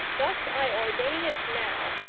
thus i ordain it now,